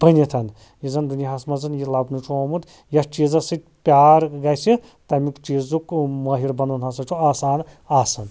بٔنِتھ یہِ زن دُنیاہَس مَنٛز لَبنہٕ چھُ آمُت یتھ چیٖزَس سۭتۍ پیار گَژھِ تَمیُک چیٖزُک گوٚو مٲہِر بنُن ہَسا چھُ آسان آسن